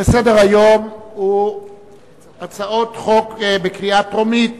וסדר-היום הוא הצעות חוק בקריאה טרומית.